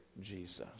jesus